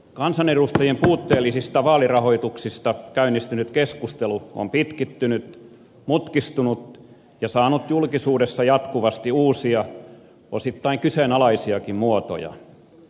kansanedustajien puutteellisista vaalirahailmoituksista käynnistynyt keskustelu on pitkittynyt mutkistunut ja saanut julkisuudessa jatkuvasti uusia osittain kyseenalaisiakin muotoja